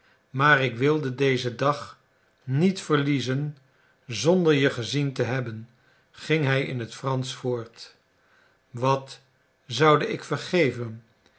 maar ik wilde dezen dag niet verliezen zonder je gezien te hebben ging hij in het fransch voort wat zoude ik vergeven